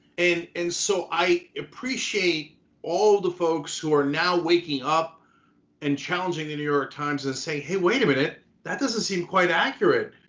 and and so i appreciate all the folks who are now waking up and challenging the new york times and saying, hey wait a minute, that doesn't seem quite accurate.